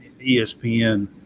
ESPN